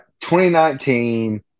2019